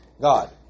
God